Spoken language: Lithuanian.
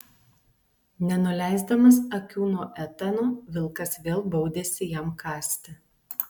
nenuleisdamas akių nuo etano vilkas vėl baudėsi jam kąsti